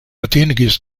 atingis